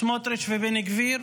סמוטריץ' ובן גביר,